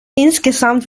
insgesamt